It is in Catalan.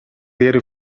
diari